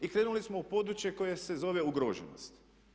I krenuli smo u područje koje se zove ugroženost.